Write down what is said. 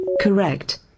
Correct